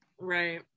Right